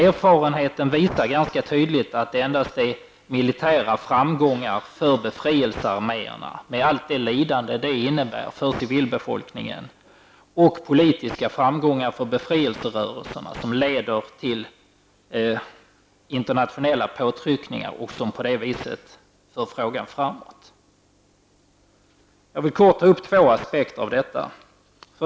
Erfarenheten visar ganska tydligt att det endast är militära framgångar för befrielsearméerna -- med allt det lidande som detta innebär för civilbefolkningen -- och politiska framgångar för befrielserörelserna som leder till internationella påtryckningar och som på det viset för frågan framåt. Jag vill ta upp två aspekter av detta.